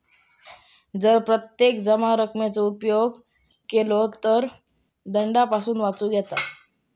जर प्रत्यक्ष जमा रकमेचो उपेग केलो गेलो तर दंडापासून वाचुक येयत